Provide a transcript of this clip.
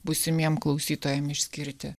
būsimiem klausytojam išskirti